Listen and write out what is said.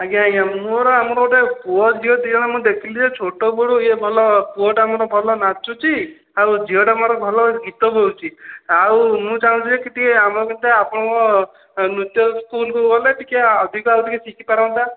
ଆଜ୍ଞା ଆଜ୍ଞା ମୋର ଆମର ଗୋଟେ ପୁଅ ଝିଅ ଦୁଇ ଜଣ ମୁଁ ଦେଖିଲି ଯେ ଛୋଟ ବେଳୁ ଇଏ ଭଲ ପୁଅଟା ମୋର ଭଲ ନାଚୁଛି ଆଉ ଝିଅଟା ମୋର ଭଲ ଗୀତ ବଲୁଛି ଆଉ ମୁଁ ଚାହୁଁଛି ଯେ ଟିକିଏ ଆମ ସହିତ ଆପଣଙ୍କ ନୃତ୍ୟ ସ୍କୁଲ୍କୁ ଗଲେ ଟିକିଏ ଅଧିକ ଆଉ ଟିକିଏ ଶିଖିପାରନ୍ତା